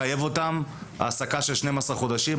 לחייב אותם העסקה של שנים עשר חודשים.